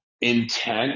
intent